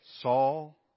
Saul